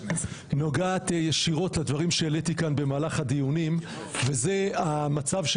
נוגעת ישירות לדברים שהעליתי כאן במהלך הדיונים וזה המצב של